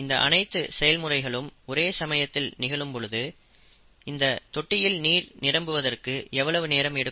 இந்த அனைத்து செல் முறைகளும் ஒரே சமயத்தில் நிகழும் பொழுது இந்த தொட்டியில் நீர் நிரம்புவதற்கு எவ்வளவு நேரம் எடுக்கும்